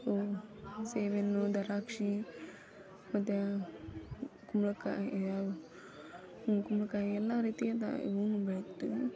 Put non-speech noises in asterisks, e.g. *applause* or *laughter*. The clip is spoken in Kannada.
ಇವು ಸೀಬೆಹಣ್ಣು ದ್ರಾಕ್ಷಿ ಮತ್ತು ಕುಂಬಳಕಾಯಿ ಹಾಗೂ ಕುಂಬಳಕಾಯಿ ಎಲ್ಲ ರೀತಿಯಿಂದ *unintelligible* ಬೆಳಿತೀವಿ